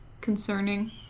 concerning